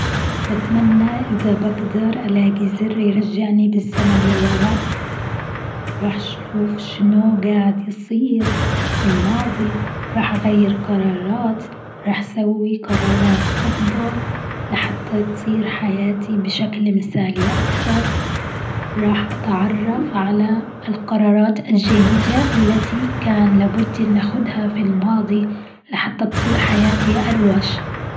بتمني إذا بقدر ألاقي زر يرجعني بالزمن لورا. رح أشوف شنو قاعد يصير. في الماضي راح أغير قرارات. راح أسوي قرارات أفضل. لحتى تصير حياتي بشكل مثالي أكثر. راح أتعرف على القرارات الجيدة التي كان لا بد أن نأخدها في الماضي لحتى تصير حياتي اروش.